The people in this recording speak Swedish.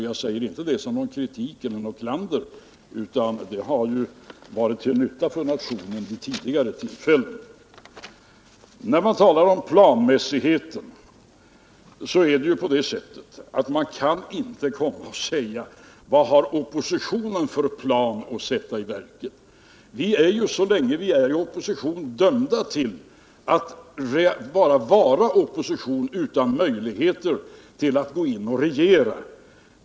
Jag säger inte det som kritik eller klander, för det har vid tidigare tillfällen varit till nytta för nationen. När man talar om planmässighet kan man inte komma och säga: Vad har oppositionen för plan att sätta i verket? Vi är ju så länge vi är i opposition dömda till att bara vara i opposition utan möjligheter till att gå in och regera.